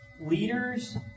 Leaders